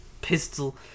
pistol